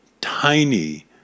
tiny